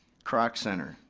kroc center,